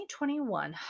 2021